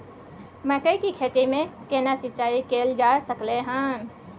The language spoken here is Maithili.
मकई की खेती में केना सिंचाई कैल जा सकलय हन?